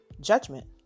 judgment